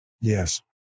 Yes